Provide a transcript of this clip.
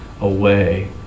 away